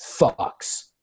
fucks